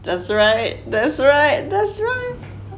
that's right that's right that's right